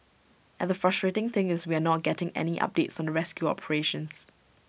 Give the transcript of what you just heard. and the frustrating thing is we are not getting any updates on the rescue operations